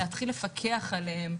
להתחיל לפקח עליהם,